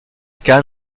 khan